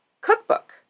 Cookbook